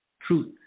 Truth